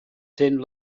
sent